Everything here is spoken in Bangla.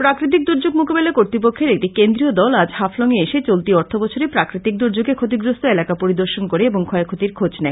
প্রাকৃতিক দূর্যোগ মোকাবিলা কতৃপক্ষের একটি কেন্দ্রীয় দল আজ হাফলং এ এসে চলতি অর্থ বছরে প্রাকৃতিক দূযোগে ক্ষতিগ্রস্ত এলাকা পরিদর্শন করে এবং ক্ষয়ক্ষতির খোজ নেয়